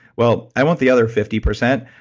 well, i want the other fifty percent,